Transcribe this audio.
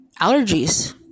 allergies